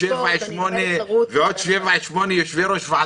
ספורט ----- ועוד שבעה-שמונה יושבי-ראש ועדות.